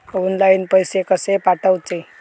Online पैसे कशे पाठवचे?